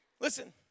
listen